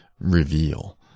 reveal